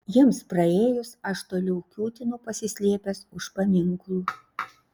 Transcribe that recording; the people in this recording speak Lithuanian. jiems praėjus aš toliau kiūtinu pasislėpęs už paminklų